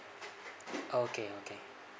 okay okay